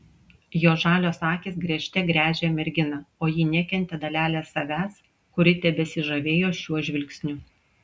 jo žalios akys gręžte gręžė merginą o ji nekentė dalelės savęs kuri tebesižavėjo šiuo žvilgsniu